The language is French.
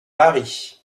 mari